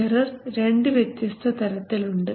error 2 വ്യത്യസ്ത തരത്തിൽ ഉണ്ട്